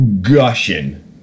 gushing